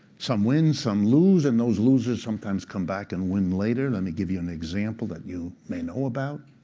some win, some lose. and those losers sometimes come back and win later. let me give you an example that you may know about.